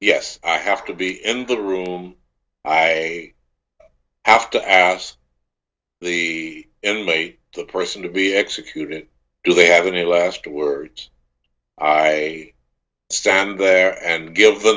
yes i have to be in the room i ask to ask the inmate the person to be executed do they have any last words i stand there and give the